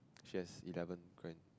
she has eleven grand